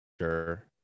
sure